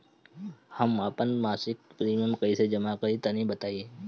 हम आपन मसिक प्रिमियम कइसे जमा करि तनि बताईं?